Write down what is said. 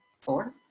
Four